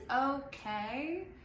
okay